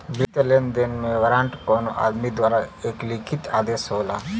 वित्तीय लेनदेन में वारंट कउनो आदमी द्वारा एक लिखित आदेश होला